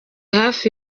hafi